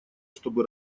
чтобы